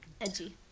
Edgy